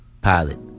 Pilot